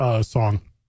song